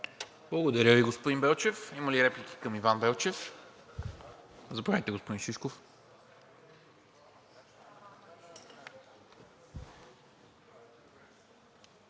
Благодаря Ви, господин Белчев. Има ли реплики към Иван Белчев? Заповядайте, господин Шишков.